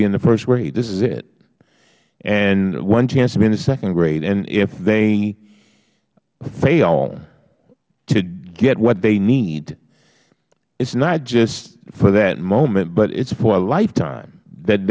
be in the first grade this is it and one chance to be in the second grade and if they fail to get what they need it is not just for that moment but it is for a lifetime that